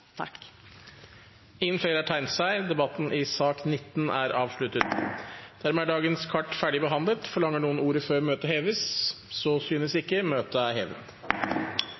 Flere har ikke bedt om ordet til sak nr. 19. Dermed er dagens kart ferdig behandlet. Forlanger noen ordet før møtet heves? – Så synes ikke. Møtet er hevet.